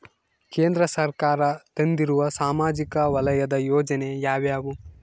ಕೇಂದ್ರ ಸರ್ಕಾರ ತಂದಿರುವ ಸಾಮಾಜಿಕ ವಲಯದ ಯೋಜನೆ ಯಾವ್ಯಾವು?